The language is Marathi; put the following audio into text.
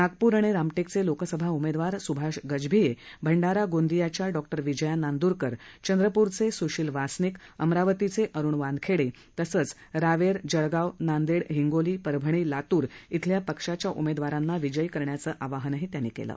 नागपूर आणि रामटेकचे लोकसभा उमेदवार स्भाष गजभिये भंडारा गोंदियाच्या डॉक्टर विजया नांद्रकर चंद्रप्रचे सुशील वासनिक अमरावतीचे अरूण वानखेडे तसंच रावेर जळगाव नांदेड हिंगोली परभणी लातूर इथल्या पक्षाच्या उमेदवारांना विजयी करण्याचं आवाहनही त्यांनी केलं